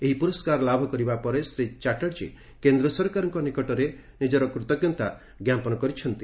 ଏହି ପୁରସ୍କାର ଲାଭ କରିବା ପରେ ଶ୍ରୀ ଚାଟାର୍ଜୀ କେନ୍ଦ୍ର ସରକାରଙ୍କ ନିକଟରେ କୃତଜ୍ଞତା ଜଣାଇଛନ୍ତି